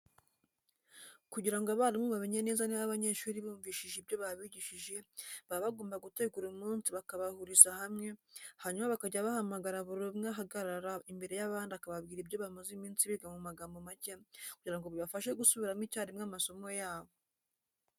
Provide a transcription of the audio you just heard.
Kugira ngo abarimu bamenye neza niba abanyeshuri bumvishije ibyo babigishije baba bagomba gutegura umunsi bakabahuriza hamwe, hanyuma bakajya bahamagara buri umwe agahagarara imbere y'abandi akababwira ibyo bamaze iminsi biga mu magambo make kugira ngo bibafashe gusubiriramo icyarimwe amasomo yabo.